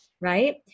right